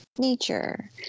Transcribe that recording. Nature